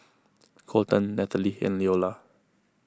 Kolten Nathaly and Leola